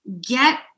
get